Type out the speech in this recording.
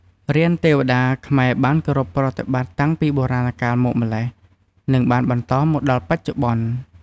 រានទេវតាខ្មែរបានគោរពប្រតិបត្តិតាំងពីបុរាណកាលមកម្ល៉េះ និងបានបន្តមកដល់បច្ចុប្បន្ន។